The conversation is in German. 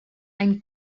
ein